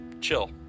chill